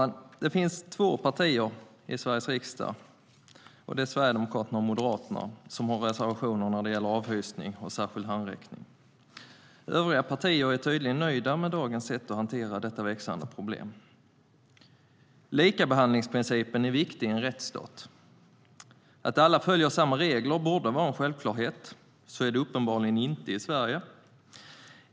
Det finns två partier i Sveriges riksdag - Sverigedemokraterna och Moderaterna - som har reservationer när det gäller avhysning och särskild handräckning. Övriga partier är tydligen nöjda med dagens sätt att hantera detta växande problem. Likabehandlingsprincipen är viktig i en rättsstat. Att alla följer samma regler borde vara en självklarhet. Så är det uppenbarligen inte i Sverige.